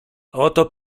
oto